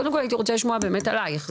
קודם כל הייתי רוצה לשמוע באמת עליך.